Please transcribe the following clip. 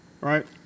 Right